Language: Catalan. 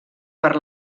per